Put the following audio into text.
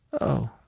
Oh